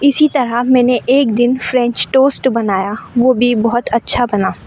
اسی طرح میں نے ایک دن فرینچ ٹوسٹ بنایا وہ بھی بہت اچھا بنا